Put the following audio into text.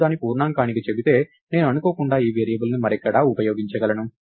నేను దాని పూర్ణాంకానికి చెబితే నేను అనుకోకుండా ఈ వేరియబుల్ను మరెక్కడా ఉపయోగించగలను